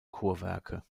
chorwerke